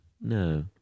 No